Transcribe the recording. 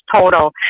total